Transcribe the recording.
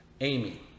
Amy